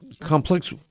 complex